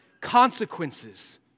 consequences